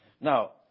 Now